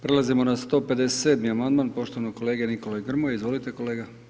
Prelazimo na 157 amandman poštovanog kolege Nikole Grmoje, izvolite, kolega.